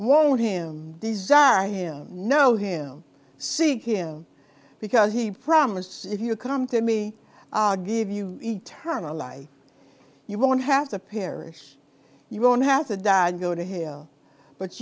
won't him desire him know him seek him because he promised if you come to me give you eternal life you won't have to perish you don't have to die and go to hell but